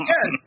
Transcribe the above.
Yes